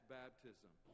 baptism